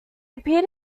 appeared